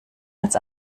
als